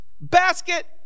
Basket